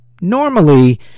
normally